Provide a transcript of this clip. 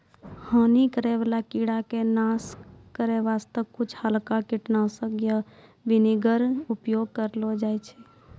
हानि करै वाला कीड़ा के नाश करै वास्तॅ कुछ हल्का कीटनाशक या विनेगर के उपयोग करलो जाय छै